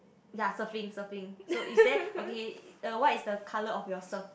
yea surfing surfing so is there okay uh what is the colour of your surf